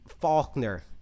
Faulkner